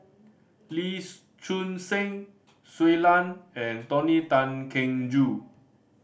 Lee's Choon Seng Shui Lan and Tony Tan Keng Joo